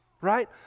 right